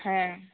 ᱦᱮᱸ